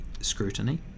scrutiny